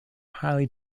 highly